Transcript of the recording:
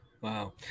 wow